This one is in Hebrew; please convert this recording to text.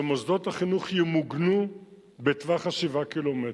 שמוסדות החינוך ימוגנו בטווח 7 הקילומטר.